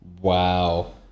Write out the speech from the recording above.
Wow